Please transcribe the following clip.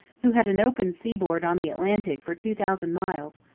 who had an open seaboard on the atlantic for two thousand miles,